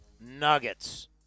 nuggets